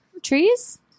Trees